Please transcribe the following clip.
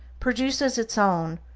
produces its own,